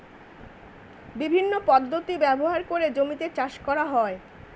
বিভিন্ন পদ্ধতি ব্যবহার করে জমিতে চাষ করা হয়